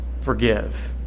forgive